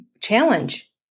Challenge